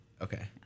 Okay